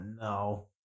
no